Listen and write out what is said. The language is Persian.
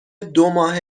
دوماه